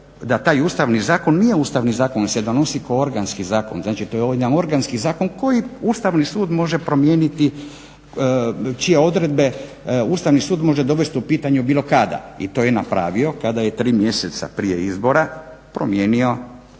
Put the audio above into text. Ustavni sud može dovesti u pitanje bilo kada. I to je napravio kada je 3 mjeseca prije izbora promijenio izborna